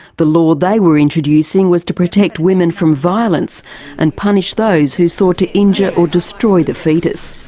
the law they were introducing was to protect women from violence and punish those who sought to injure or destroy the foetus.